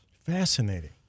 Fascinating